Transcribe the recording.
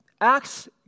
Acts